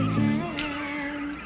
hand